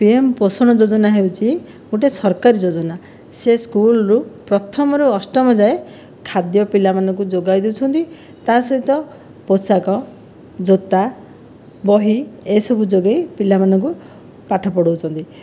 PM Poshan Yojana ହେଉଛି ଗୋଟିଏ ସରକାରୀ ଯୋଜନା ସେ ସ୍କୁଲ୍ରୁ ପ୍ରଥମରୁ ଅଷ୍ଟମ ଯାଏଁ ଖାଦ୍ୟ ପିଲାମାନଙ୍କୁ ଯୋଗାଇ ଦେଉଛନ୍ତି ତା' ସହିତ ପୋଷାକ ଜୋତା ବହି ଏସବୁ ଯୋଗାଇ ପିଲାମାନଙ୍କୁ ପାଠ ପଢ଼ାଉଛନ୍ତି